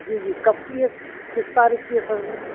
जी जी कब की ये किस तारीख की है सर जी